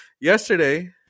Yesterday